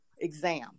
exam